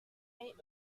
eight